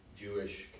Jewish